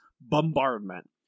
bombardment